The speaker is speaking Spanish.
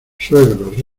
suegros